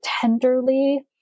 tenderly